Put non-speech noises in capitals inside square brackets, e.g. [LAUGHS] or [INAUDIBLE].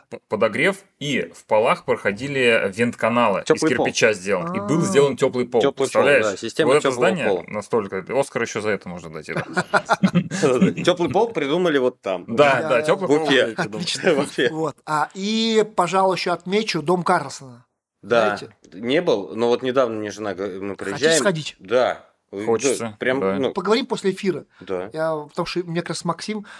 п- подогрев, и в полах проходили, э, вентканалы из Теплый пол. кирпича сделан, и был А. сделан теплый пол. Теплый пол, Представляешь? да, система Вот это теплого здание пола. настолько- Оскар еще за это можно дать, это. [LAUGHS] Теплый пол придумали вот там. Да, да, Да, да, теплый да. пол. [LAUGHS] Вообще. Отлично. Вообще. [LAUGHS] Вот. А, и, пожалуй, еще отмечу дом Карлсона. Да. Знаете? Не был, но вот недавно мне жена говорит, мы Хотите приезжаем. сходить? Да. Да, Хочется, прям, да. ну. Поговорим после эфира. Да. Я, потому что мне как раз с Максим,